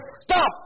Stop